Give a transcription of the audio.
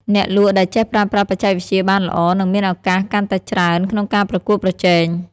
អ្នកលក់ដែលចេះប្រើប្រាស់បច្ចេកវិទ្យាបានល្អនឹងមានឱកាសកាន់តែច្រើនក្នុងការប្រកួតប្រជែង។